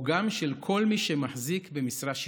וגם של כל מי שמחזיק במשרה שיפוטית.